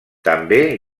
també